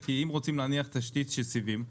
כי אם רוצים להניח תשתית של סיבים,